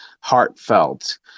heartfelt